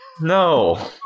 No